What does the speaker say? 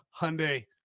Hyundai